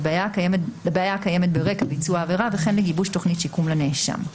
לבעיה הקיימת ברקע ביצוע העבירה וכן לגיבוש תוכנית שיקום לנאשם.